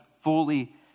fully